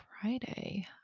Friday